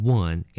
one